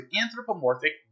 anthropomorphic